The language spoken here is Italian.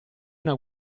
una